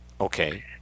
Okay